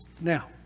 Now